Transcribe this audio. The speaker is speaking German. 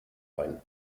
ein